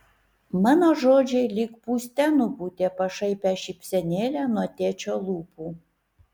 mano žodžiai lyg pūste nupūtė pašaipią šypsenėlę nuo tėčio lūpų